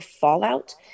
Fallout